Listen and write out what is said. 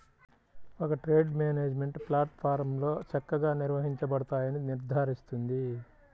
ఒక trade management ప్లాట్ఫారమ్లో చక్కగా నిర్వహించబడతాయని నిర్ధారిస్తుంది